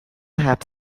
had